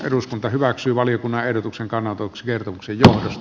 eduskunta hyväksyy valiokunnan ehdotuksen kanapox virukselle